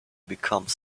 become